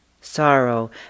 sorrow